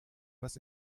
was